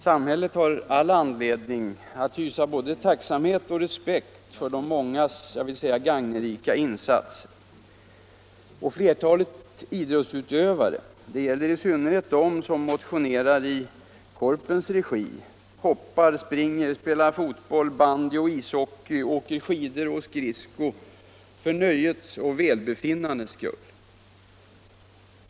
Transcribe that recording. Samhället har all anledning att hysa både tacksamhet och respekt för många gagnerika insatser. Flertalet idrottsutövare — detta gäller i synnerhet dem som motionerar i Korpens regi — hoppar, springer, spelar fotboll, bandy och ishockey, åker skidor och skridskor för nöjets Nr 26 och välbefinnandets skull.